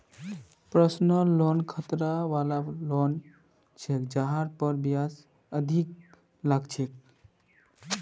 personal loan खतरा वला loan छ जहार पर ब्याज अधिक लग छेक